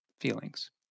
feelings